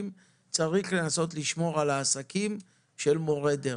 צריך לנסות לשמור על העסקים בתחום זה.